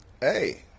hey